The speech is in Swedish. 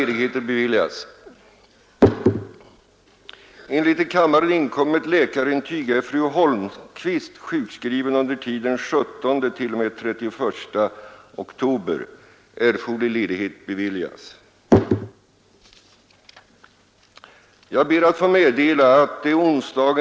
den 15 december.